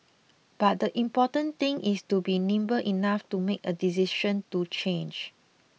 but the important thing is to be nimble enough to make a decision to change